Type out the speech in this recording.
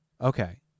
Okay